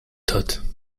thought